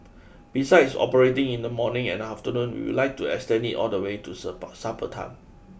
besides operating in the morning and afternoon we would like to extend it all the way to supper time